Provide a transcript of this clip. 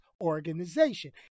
organization